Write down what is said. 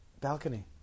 balcony